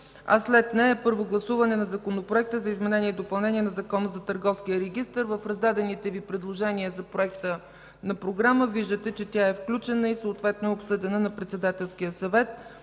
след нея първо гласуване на Законопроекта за изменение и допълнение на Закона за Търговския регистър. В раздадените Ви предложения за Проекта на програма виждате, че тя е включена и съответно е обсъдена на Председателския съвет.